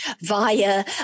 via